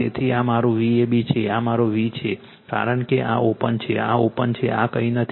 તેથી આ મારું VAB છે આ મારો v છ કારણ કે આ ઓપન છે આ ઓપન છે આ કંઈ નથી